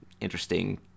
interesting